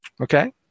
okay